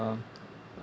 uh